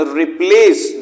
replace